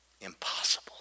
Impossible